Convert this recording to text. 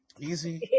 Easy